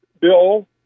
bill